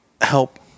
help